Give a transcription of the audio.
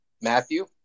Matthew